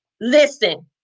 Listen